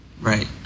right